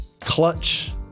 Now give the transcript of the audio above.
clutch